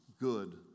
Good